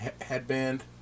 headband